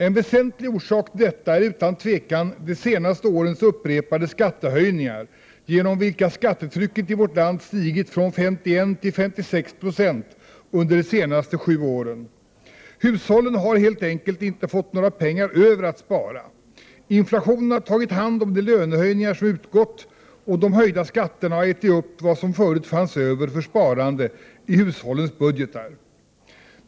En väsentlig orsak till detta är utan tvivel de senaste årens upprepade skattehöjningar, genom vilka skattetrycket i vårt land stigit från 51 till 56 926 under sju år. Hushållen har helt enkelt inte fått några pengar över att spara! Inflationen har tagit hand om de lönehöjningar som utgått, och de höjda skatterna har ätit upp vad som förut fanns över för sparande i hushållens budgetar.